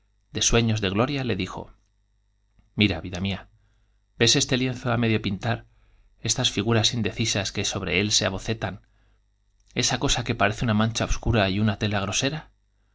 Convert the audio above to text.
de sueños de gloria le dijo mía ves lienzo á medio mira vida ese pintar esas figuras indecisas que sobre él se abocetan esa cosa que parece una mancha obscura y una tela gro